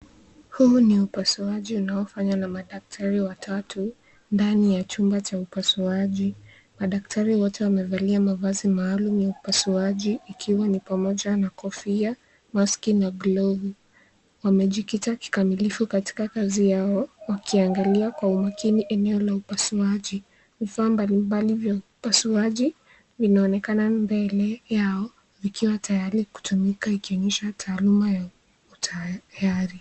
Huu ni upasuaji unaofanywa na madaktari watatu ndani ya chumba cha upasuaji . Madaktari wote wamevalia mavazi maalum ya upasuaji ikiwemo ni pamoja na kofia, maski na glovu wamejikita kikamilifu katika kazi yao wakiangali kwa umakini eneo la upasuaji . Vifaa mbalimbali vya upasuaji vinaonekana mbele yao vikiwa tayari kutumika ikionyesha taaluma ya utayari .